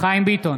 חיים ביטון,